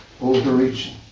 overreaching